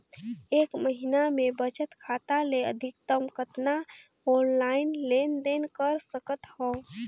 एक महीना मे बचत खाता ले अधिकतम कतना ऑनलाइन लेन देन कर सकत हव?